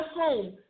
home